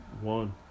One